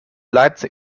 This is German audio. leipzig